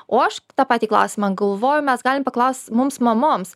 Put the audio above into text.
o aš tą patį klausimą galvoju mes galim paklaust mums mamoms